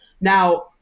now